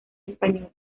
español